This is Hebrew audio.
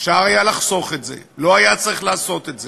אפשר היה לחסוך את זה, לא היה צריך לעשות את זה,